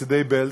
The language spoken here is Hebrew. חסידי בעלז,